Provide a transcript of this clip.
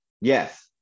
yes